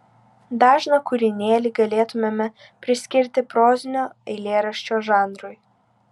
dažną kūrinėlį galėtumėme priskirti prozinio eilėraščio žanrui